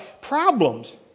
problems